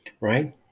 right